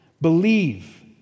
Believe